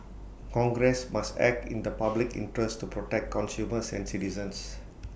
congress must act in the public interest to protect consumers and citizens